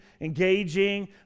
engaging